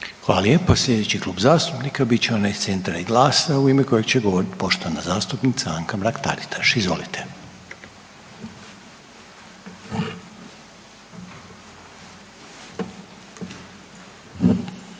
Hvala lijepo. Sljedeći klub zastupnika bit će onaj Centra i GLAS-a u ime kojeg će govoriti poštovana zastupnica Anka Mrak Taritaš. Izvolite.